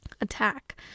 attack